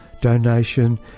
donation